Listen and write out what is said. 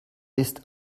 ist